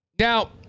Now